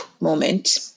moment